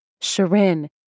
Sharin